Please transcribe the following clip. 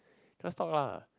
just talk lah